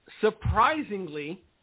surprisingly